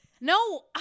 No